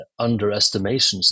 underestimations